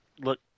look